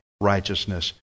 righteousness